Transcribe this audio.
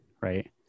right